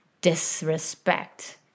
disrespect